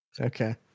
Okay